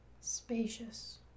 Spacious